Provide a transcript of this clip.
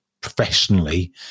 professionally